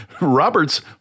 Roberts